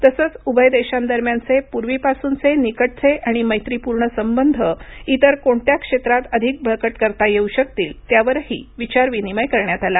तसंच उभय देशांदरम्यानचे पूर्वीपासूनचे निकटचे आणि मैत्रीपूर्ण संबंध इतर कोणत्या क्षेत्रात अधिक बळकट करता येऊ शकतील त्यावरही विचारविनिमय करण्यात आला